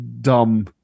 dumb